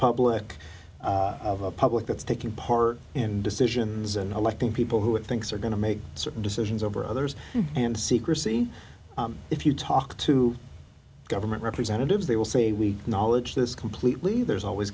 public of a public that's taking part in decisions and electing people who it thinks are going to make certain decisions over others and secrecy if you talk to government representatives they will say we knowledge this completely there's always